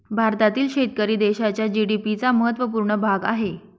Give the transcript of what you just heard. भारतातील शेतकरी देशाच्या जी.डी.पी चा महत्वपूर्ण भाग आहे